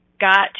got